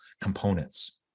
components